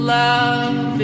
love